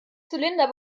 zylinder